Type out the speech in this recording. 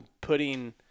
putting